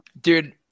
Dude